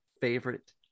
favorite